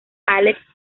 alex